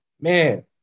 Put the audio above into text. man